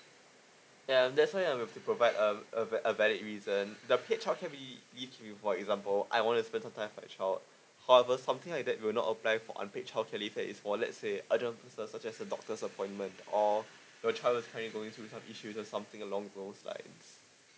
um that's why you have to provide a a a valid reason the paid childcare le~ leave for example I wanna spend the time for the child however something like that will not apply for unpaid childcare leave that is for let's say I don't such as a doctor's appointment or your child is kinda going through some issues that's something along goes like